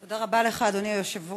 תודה רבה לך, אדוני היושב-ראש.